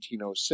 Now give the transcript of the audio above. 1906